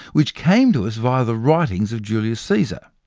which came to us via the writings of julius caesar.